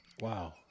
Wow